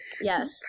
Yes